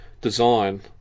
design